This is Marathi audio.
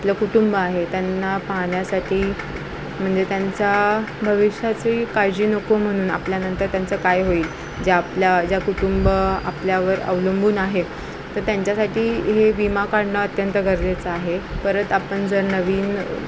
आपलं कुटुंब आहे त्यांना पाहण्यासाठी म्हणजे त्यांचा भविष्याचंही काळजी नको म्हणून आपल्यानंतर त्यांचं काय होईल ज्या आपल्या ज्या कुटुंब आपल्यावर अवलंबून आहे तर त्यांच्यासाठी हे विमा काढणं अत्यंत गरजेचं आहे परत आपण जर नवीन